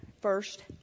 first